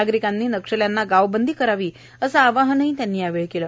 नागरिकांनी नक्षल्यांना गावबंदी करावी असे आवाहनही त्यांनी यावेळी केले